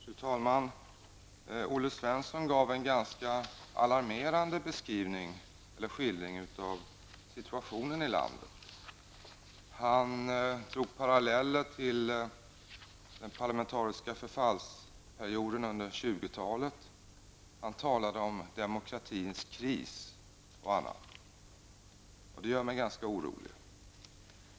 Fru talman! Olle Svensson gav en ganska alarmerande skildring av situationen i landet. Han drog paralleller till den parlamentariska förfallsperioden under 20-talet. Han talade om demokratins kris. Det gör mig ganska orolig.